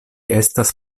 estas